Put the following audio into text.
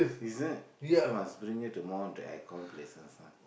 is it so must bring you to more the air con places lah